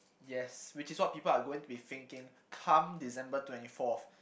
yes which is what people are going to be thinking come December twenty fourth